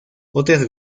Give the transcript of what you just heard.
otras